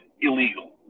illegal